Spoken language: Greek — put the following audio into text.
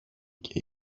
και